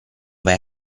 vai